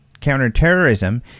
Counterterrorism